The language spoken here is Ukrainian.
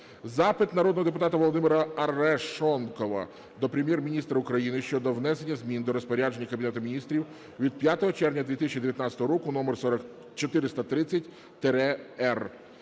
Запит народного депутата Володимира Арешонкова до Прем'єр-міністра України щодо внесення змін до розпорядження Кабінету Міністрів від 5 червня 2019 року № 430-р.